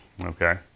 Okay